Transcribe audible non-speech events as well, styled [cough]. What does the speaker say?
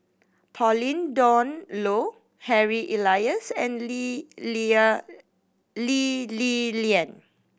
Pauline Dawn Loh Harry Elias and Lee [unintelligible] Lee Li Lian